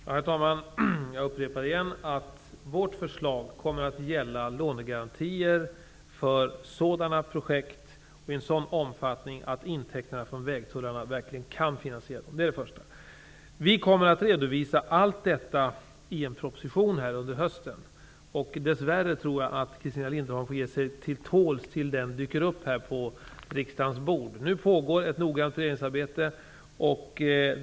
Herr talman! Jag upprepar att vårt förslag kommer att gälla lånegarantier för sådana projekt och i en sådan omfattning att intäkterna från vägtullarna verkligen skall finansiera dem. Vi kommer att redovisa allt detta i en proposition senare under hösten. Dess värre tror jag att Christina Linderholm får ge sig till tåls till propositionen ligger på riksdagens bord. Nu pågår ett noggrant beredningsarbete.